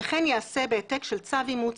וכן ייעשה בהעתק של צו אימוץ,